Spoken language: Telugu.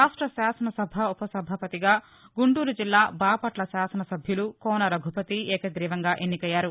రాష్ట్ర శాసనసభ ఉపసభాపతిగా గుంటూరు జిల్లా బాపట్ల శాసనసభ్యులు కోన రఘుపతి ఏకగ్గీవంగా ఎన్నికయ్యారు